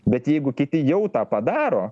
bet jeigu kiti jau tą padaro